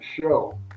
show